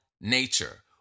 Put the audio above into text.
nature